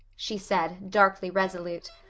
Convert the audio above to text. she said, darkly resolute.